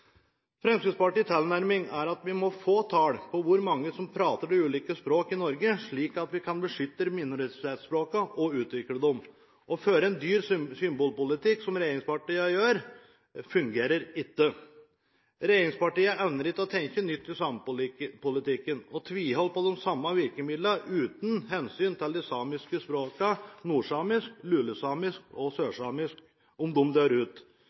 Fremskrittspartiets tilnærming er at vi må få tall på hvor mange som prater de ulike språkene i Norge, slik at vi kan beskytte minoritetsspråkene og utvikle dem. Å føre en dyr symbolpolitikk, som regjeringspartiene gjør, fungerer ikke. Regjeringspartiene evner ikke å tenke nytt i samepolitikken og tviholder på de samme virkemidlene, uten hensyn til om de samiske språkene nordsamisk, lulesamisk og sørsamisk dør ut.